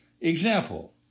example